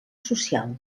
social